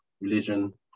religion